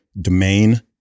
domain